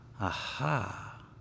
aha